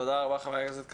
תודה רבה חבר הכנסת כסיף.